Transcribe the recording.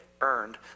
earned